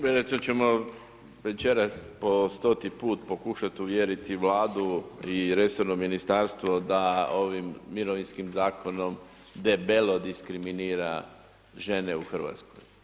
Vjerojatno ćemo večeras po stoti put pokušati uvjeriti i Vladu i resorno ministarstvo da ovim mirovinskim zakonom debelo diskriminira žene u Hrvatskoj.